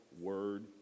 word